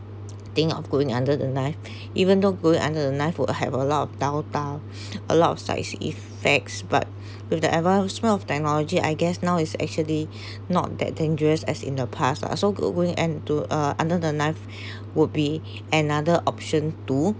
think of going under the knife even though going under the knife would have a lot of downtown a lot of side effects but with the advancement of technology I guess now is actually not that dangerous as in the past lah so going and to uh under the knife would be another option to